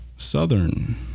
Southern